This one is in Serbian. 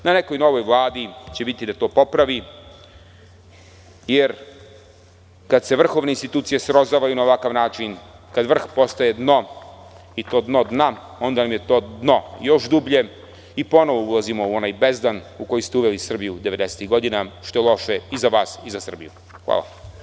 Na nekoj novoj Vladi će biti da to popravi, jer kada se vrhovne institucije srozavaju na ovakav način, kada vrh postaje dno, i to dno dna, onda vam je to dno još dublje i ponovo ulazimo u onaj bezdan u koji ste uveli Srbiju devedesetih godina, što je loše i za vas i za Srbiju.